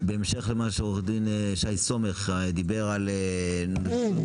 בהמשך למה שעורך דין שי סומך דיבר על --- משפטיות,